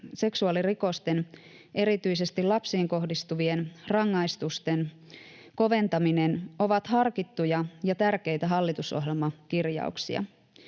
seksuaalirikosten, erityisesti lapsiin kohdistuvien, rangaistusten koventaminen ovat harkittuja ja tärkeitä hallitusohjelmakirjauksia.